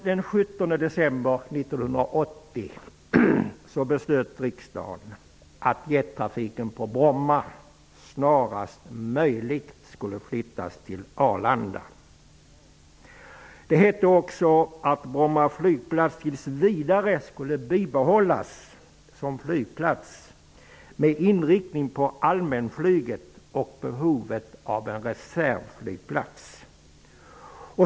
Den 17 december 1980 beslutade riksdagen att jettrafiken på Bromma snarast möjligt skulle flyttas till Arlanda. Det hette också att Bromma flygplats tills vidare skulle bibehållas som flygplats med inriktning på allmänflyget och behovet av en reservflygplats.